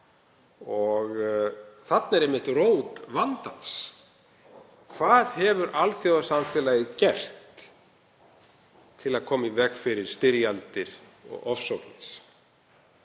Þarna er einmitt rót vandans: Hvað hefur alþjóðasamfélagið gert til að koma í veg fyrir styrjaldir og ofsóknir,